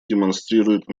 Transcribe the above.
демонстрирует